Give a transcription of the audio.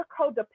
codependent